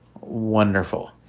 wonderful